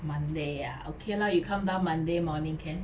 monday ah okay lah you come down monday morning can